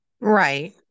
right